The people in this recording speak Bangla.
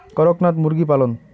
করকনাথ মুরগি পালন?